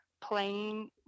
playing